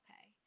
okay